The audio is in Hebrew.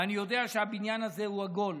ואני יודע שהבניין הזה הוא עגול,